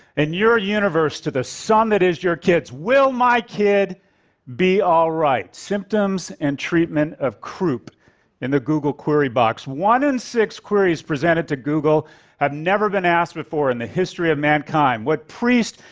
in your universe to the sun that is your kids. will my kid be all right? symptoms and treatment of croup in the google query box. one in six queries presented to google have never been asked before in the history of mankind. what priest,